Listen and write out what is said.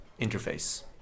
interface